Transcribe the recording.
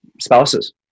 spouses